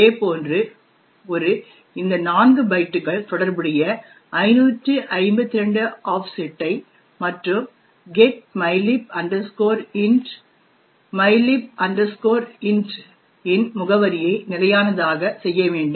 அதேபோன்று ஒரு இந்த 4 பைட்டுகள் தொடர்புடைய 552 ஆஃப்செட்டைத் மற்றும் getmylib int mylib int இன் முகவரியை நிலையானதாக செய்ய வேண்டும்